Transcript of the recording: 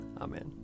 Amen